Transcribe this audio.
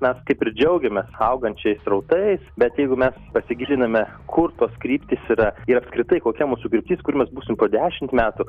mes kaip ir džiaugiamės augančiais srautais bet jeigu mes pasigiliname kur tos kryptys yra ir apskritai kokia mūsų kryptis kur mes būsim po dešimt metų